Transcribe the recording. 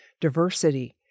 diversity